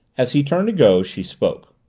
as he turned to go, she spoke.